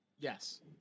Yes